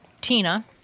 Tina